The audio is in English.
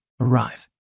Arrive